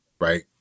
right